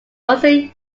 also